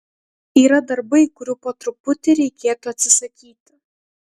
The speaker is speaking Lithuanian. yra darbai kurių po truputį reikėtų atsisakyti